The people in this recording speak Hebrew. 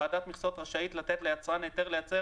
ועדת המכסות רשאית לתת ליצרן היתר לייצר